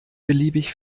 beliebig